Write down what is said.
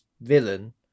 villain